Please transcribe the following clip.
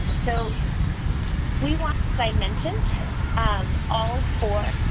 so we want i mentioned all four